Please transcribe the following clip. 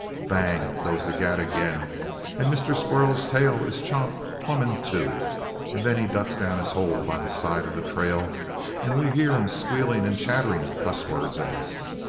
bang! goes the gat again and mister squirrel's tail is chopped plumb in two and then he ducks down his hole by the side of the trail and we hear him squealing and chattering cusswords at us.